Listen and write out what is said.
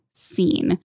seen